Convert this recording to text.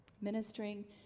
ministering